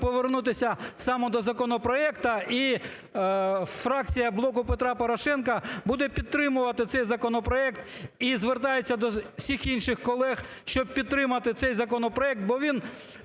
повернутися саме до законопроекту, і фракція "Блоку Петра Порошенка" буде підтримувати цей законопроект і звертається до всіх інших колег, щоб підтримати цей законопроект, бо він